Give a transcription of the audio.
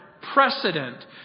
precedent